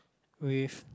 with